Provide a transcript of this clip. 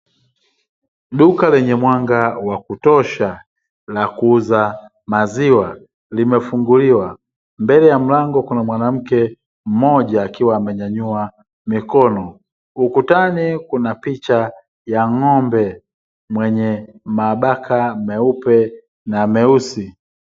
Duka lenye mwanga wa kutosha la kuuza maziwa limefunguliwa, mbele ya mlango kuna mwanamke mmoja akiwa amenyanyua mikoni, ukutani kuna picha ya ngombe mwenye mabaka meupe na meusi.